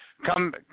Come